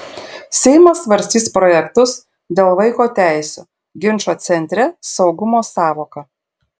seimas svarstys projektus dėl vaiko teisių ginčo centre saugumo sąvoka